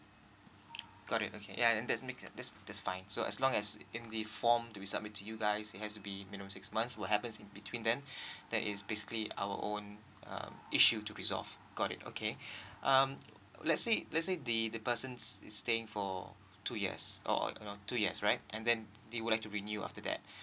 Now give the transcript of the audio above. got it okay and that's makes this this fine so as long as in the form that we submit to you guys it has to be minimum six months what happens in between then that is basically our own uh issue to resolve got it okay um let's say let's say the the person is staying for two years or your two years right and then they would like to renew after that